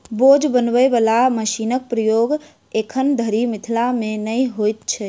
बोझ बनबय बला मशीनक प्रयोग एखन धरि मिथिला मे नै होइत अछि